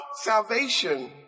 salvation